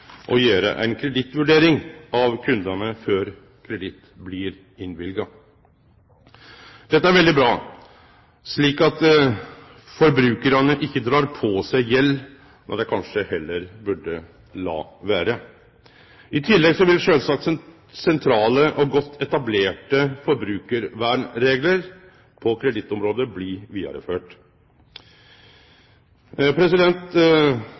å gjere ei kredittvurdering av kundane før kreditt blir innvilga. Dette er veldig bra, slik at forbrukarane ikkje dreg på seg gjeld når dei kanskje heller burde la vere. I tillegg vil sjølvsagt sentrale og godt etablerte forbrukarvernreglar på kredittområdet